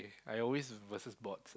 I always versus boards